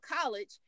college